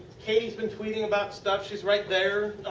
katie has been tweeting about stuff. she is right there.